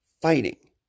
fighting